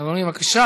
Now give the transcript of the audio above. אינו נוכח.